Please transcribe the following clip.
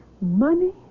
Money